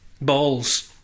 balls